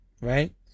Right